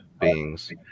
beings